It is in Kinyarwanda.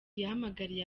yahamagariye